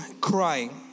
crying